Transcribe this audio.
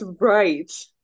right